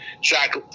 Jack